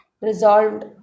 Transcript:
resolved